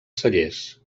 cellers